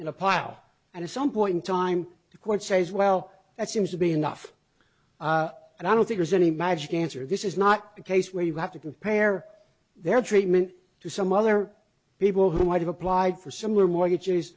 in a pile and at some point in time the court says well that seems to be enough and i don't think there's any magic answer this is not a case where you have to compare their treatment to some other people who might have applied for similar mortgages